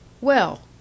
Well